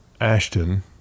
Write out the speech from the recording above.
Ashton